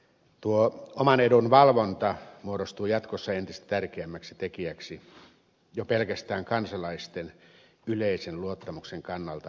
tuo oman edun valvonta muodostuu jatkossa entistä tärkeämmäksi tekijäksi jo pelkästään kansalaisten yleisen luottamuksen kannalta eussa